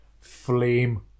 Flame